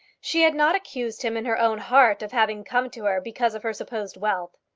she had not accused him in her own heart of having come to her because of her supposed wealth.